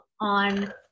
on